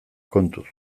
kontuz